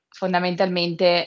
fondamentalmente